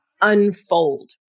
unfold